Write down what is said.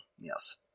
yes